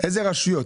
איזה רשויות.